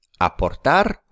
aportar